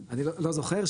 אני לא זוכר,